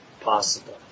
possible